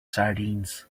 sardines